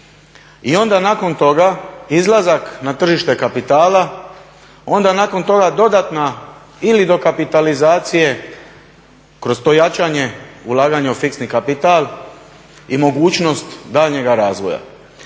i onda nakon toga izlazak na tržište kapitala, onda nakon toga dodatna ili dokapitalizacije kroz to jačanje ulaganja u fiksni kapital i mogućnost daljnjega razvoja.